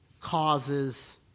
causes